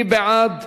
מי בעד?